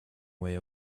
way